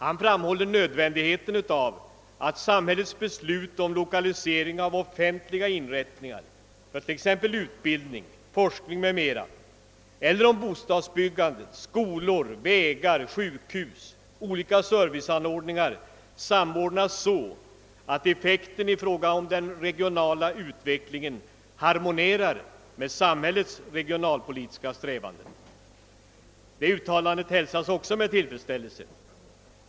Han har sagt att nödvändigheten av att samhällets beslut om lokalisering av offentliga inrättningar för t.ex. utbildning, forskning, bostadsbyggande, skolor, vägar, sjukhus och olika serviceanordningar samordnas så att effekten beträffande den regionala utvecklingen harmonierar med samhällets regionalpolitiska strävanden. Det uttalandet hälsas också med tillfredsställelse.